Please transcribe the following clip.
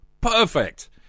Perfect